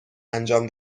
انجام